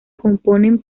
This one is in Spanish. componen